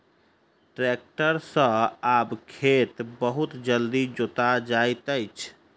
tractor सॅ आब खेत बहुत जल्दी जोता जाइत अछि